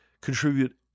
contribute